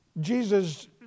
Jesus